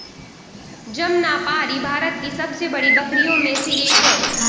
जमनापारी भारत की सबसे बड़ी बकरियों में से एक है